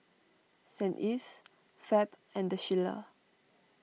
Saint Ives Fab and the Shilla